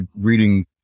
reading